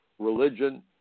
religion